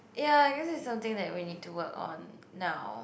ya I guess it's something that we need to work on now